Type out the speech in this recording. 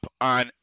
on